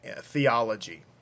theology